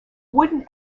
wooden